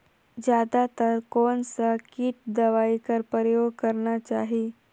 जादा तर कोन स किट दवाई कर प्रयोग करना चाही?